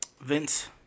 Vince